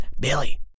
Billy